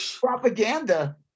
propaganda